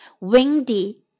windy